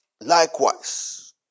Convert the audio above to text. likewise